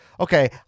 okay